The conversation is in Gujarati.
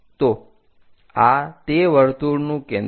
તો આ તે વર્તુળનું કેન્દ્ર છે